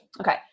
Okay